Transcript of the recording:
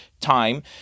time